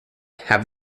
have